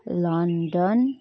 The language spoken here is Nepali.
लन्डन